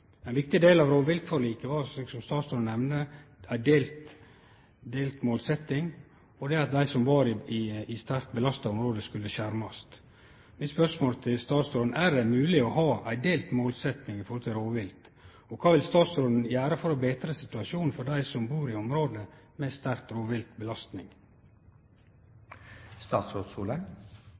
Ein viktig del av rovviltforliket var, slik statsråden nemnde, ei delt målsetjing, og dei som var i sterkt belasta område, skulle skjermast. Mitt spørsmål til statsråden er: Er det mogleg å ha ei delt målsetjing når det gjeld rovvilt, og kva vil statsråden gjere for å betre situasjonen for dei som bur i område med